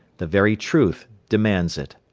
the very truth demands it.